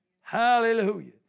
Hallelujah